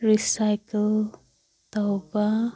recycle ꯇꯧꯕ